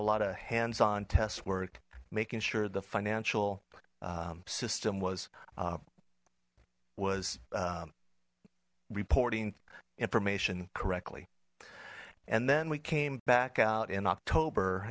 a lot of hands on test work making sure the financial system was was reporting information correctly and then we came back out in october